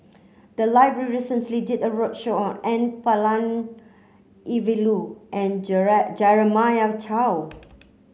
the library recently did a roadshow on N Palanivelu and Jeremiah Choy